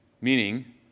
meaning